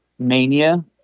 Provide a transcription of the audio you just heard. Mania